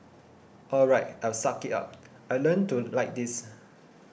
all right I'll suck it up I'll learn to like this